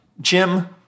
Jim